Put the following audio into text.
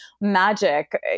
magic